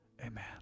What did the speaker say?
Amen